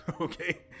Okay